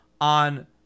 on